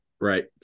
Right